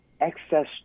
excess